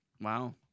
wow